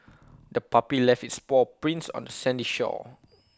the puppy left its paw prints on the sandy shore